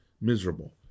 miserable